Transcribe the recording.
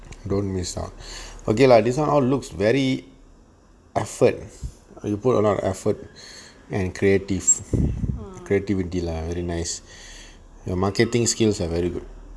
don't miss out okay lah this one all looks very effort you put a lot of effort and creatives creativity lah very nice your marketing skills are very good